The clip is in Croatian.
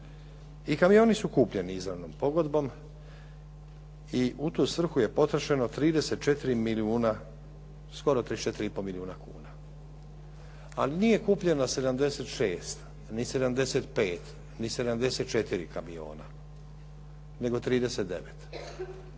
I kamioni su kupljeni izravnom pogodbom i u tu svrhu je potrošeno 34 milijuna, skoro 34 i pol milijuna kuna, a nije kupljeno 76, ni 75 ni 74 kamiona, nego 39.